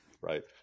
Right